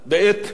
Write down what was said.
משבר